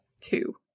two